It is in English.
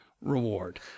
reward